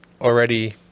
already